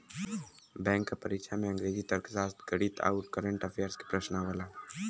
bank क परीक्षा में अंग्रेजी, तर्कशास्त्र, गणित आउर कंरट अफेयर्स के प्रश्न आवला